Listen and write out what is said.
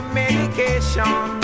medication